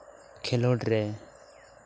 ᱠᱷᱮᱞᱳᱰᱨᱮ